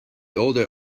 older